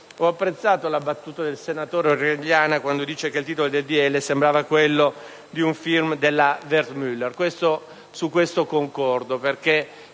ho apprezzato la battuta del senatore Orellana quando ha detto che il titolo del decreto-legge sembrava quello di un *film* della Wertmüller. Su questo concordo